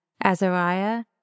Azariah